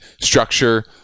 structure